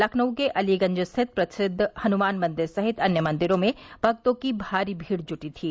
लखनऊ के अलीगंज स्थित प्रसिद्व हनुमान मंदिर सहित अन्य मंदिरों में भक्तों की भारी भीड़ जुटी थी